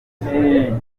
impeta